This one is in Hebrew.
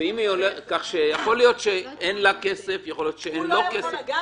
יכול להיות שאין לה כסף, יכול להיות שאין לו כסף.